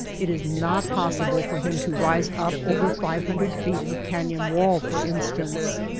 it is not possible for him to rise up over five hundred feet of canyon wall, for instance,